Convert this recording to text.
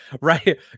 right